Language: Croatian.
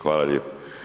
Hvala lijepo.